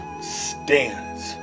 stands